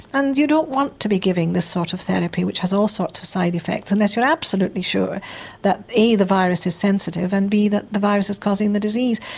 and you don't want to be giving this sort of therapy which has all sorts of side effects unless you're absolutely sure that the the virus is sensitive and that the virus is causing the disease.